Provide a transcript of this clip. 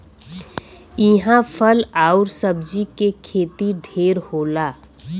इहां फल आउर सब्जी के खेती ढेर होला